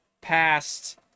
past